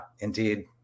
indeed